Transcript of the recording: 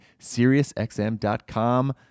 SiriusXM.com